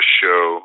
show